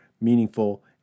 meaningful